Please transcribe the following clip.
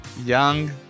Young